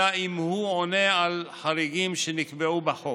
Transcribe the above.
אלא אם כן הוא עונה על חריגים שנקבעו בחוק.